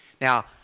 Now